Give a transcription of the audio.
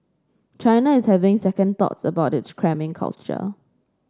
China is having second thoughts about its cramming culture